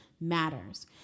matters